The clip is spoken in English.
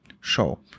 show